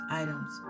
items